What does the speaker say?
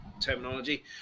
terminology